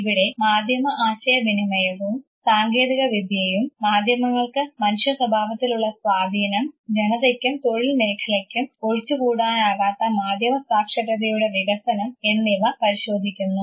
ഇവിടെ മാധ്യമ ആശയവിനിമയവും സാങ്കേതിക വിദ്യയും മാധ്യമങ്ങൾക്ക് മനുഷ്യ സ്വഭാവത്തിലുള്ള സ്വാധീനം ജനതയ്ക്കും തൊഴിൽ മേഖലയ്ക്കും ഒഴിച്ചുകൂടാനാകാത്ത മാധ്യമ സാക്ഷരതയുടെ വികസനം എന്നിവ പരിശോധിക്കുന്നു